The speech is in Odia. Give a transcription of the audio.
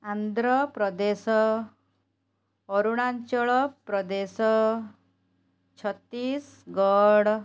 ଆନ୍ଧ୍ରପ୍ରଦେଶ ଅରୁଣାଞ୍ଚଳ ପ୍ରଦେଶ ଛତିଶଗଡ଼